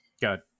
Good